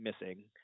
missing